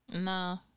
No